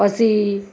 પછી